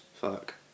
fuck